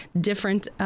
different